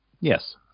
Yes